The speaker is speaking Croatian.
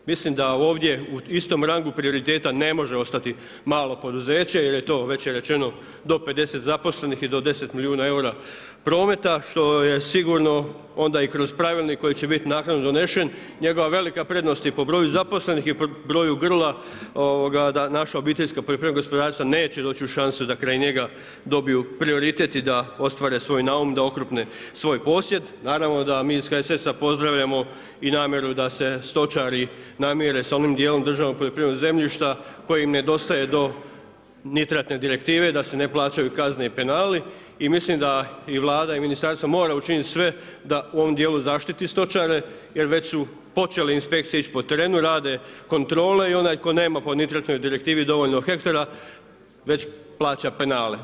Mislim da ovdje u istom rangu prioriteta ne može ostati malo poduzeće jer je to već rečeno do 50 zaposlenih i do 10 milijuna eura prometa, što je sigurno i kroz pravilnik koji će biti naknadno donesen njegova velika prednost i po broju zaposlenih i po broju grla da naša obiteljska poljoprivredna gospodarstva neće doći u šansu da kraj njega dobiju prioritet i da ostvare svoj naum da okrupne svoj posjed, naravno da mi iz HSS-a pozdravljamo i namjeru da se stočari namire sa onim dijelom državnog poljoprivrednog zemljišta koji im nedostaje do … direktive da se ne plaćaju kazne i penali i mislim da i Vlada i Ministarstvo mara učiniti sve da u ovom dijelu zaštiti stočare, jer već su počele ići inspekcije po terenu, rade kontrole i onaj koji nema po nitratnoj direktivi dovoljno hektara već plaća penale.